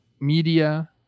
media